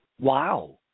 Wow